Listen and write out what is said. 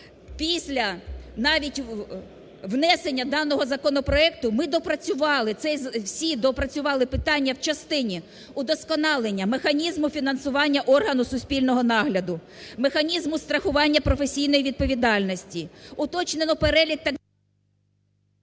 після навіть внесення даного законопроекту, ми допрацювали, всі доопрацювали питання в частині удосконалення механізму фінансування органу суспільного нагляду, механізму страхування професійної відповідальності,